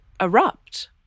erupt